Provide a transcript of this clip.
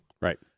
Right